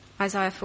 Isaiah